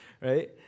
Right